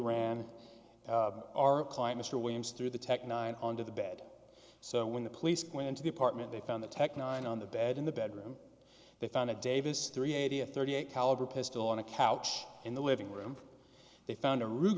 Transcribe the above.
ran our client mr williams through the tech nine under the bed so when the police went into the apartment they found the tech nine on the bed in the bedroom they found a davis three eighty a thirty eight caliber pistol on a couch in the living room they found a ru